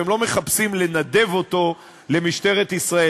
והם לא מחפשים לנדב אותו למשטרת ישראל.